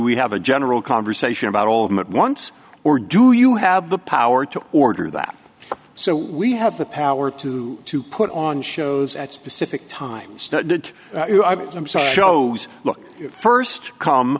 we have a general conversation about all of that once or do you have the power to order that so we have the power to to put on shows at specific times to themselves shows look first come